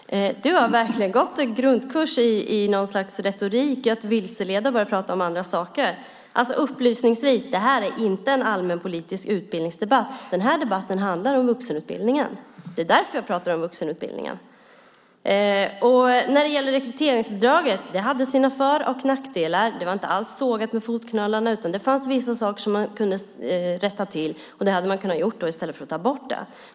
Herr talman! Du har verkligen gått en grundkurs i något slags retorik för att vilseleda och börja prata om andra saker. Upplysningsvis: Det här är inte en allmänpolitisk utbildningsdebatt. Den här debatten handlar om vuxenutbildningen. Det är därför jag pratar om vuxenutbildningen. Rekryteringsbidraget hade sina för och nackdelar. Det var inte alls sågat jäms med fotknölarna. Det fanns vissa saker som man kunde rätta till. Det hade man kunnat göra i stället för att ta bort det.